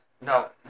No